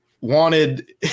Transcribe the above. Wanted